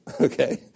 Okay